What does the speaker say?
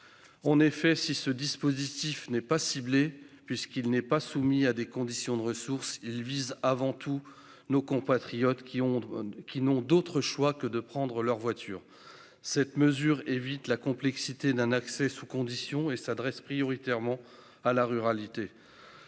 En effet, même si ce dispositif n'est pas ciblé, puisqu'il n'est pas soumis à des conditions de ressources, il vise avant tout ceux de nos compatriotes qui n'ont d'autre choix que de prendre leur voiture. Cette mesure évite la complexité d'un accès sous conditions et s'adresse prioritairement à la ruralité.